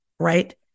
Right